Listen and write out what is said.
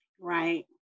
Right